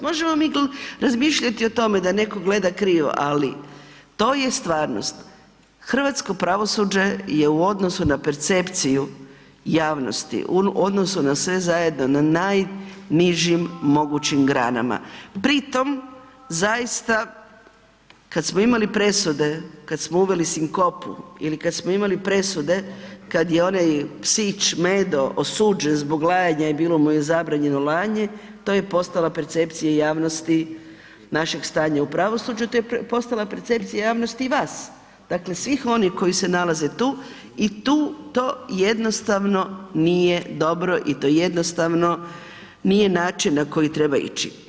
Možemo mi razmišljati o tome da neko gleda krivo, ali to je stvarnost, hrvatsko pravosuđe je u odnosu na percepciju javnosti u odnosu na sve zajedno na najnižim mogućim granama pri tom zaista kad smo imali presude, kad smo uveli sinkopu ili kad smo imali presude kad je onaj psić Medo osuđen zbog lajanja i bilo mu je zabranjeno lajanje, to je postala percepcija javnosti našeg stanja u pravosuđu, te je postala percepcija javnosti i vas, dakle svih oni koji se nalaze tu i tu to jednostavno nije dobro i to jednostavno nije način na koji treba ići.